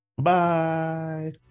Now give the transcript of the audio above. Bye